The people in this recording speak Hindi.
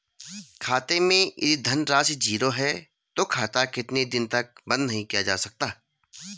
खाते मैं यदि धन राशि ज़ीरो है तो खाता कितने दिन तक बंद नहीं किया जा सकता?